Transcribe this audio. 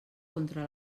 contra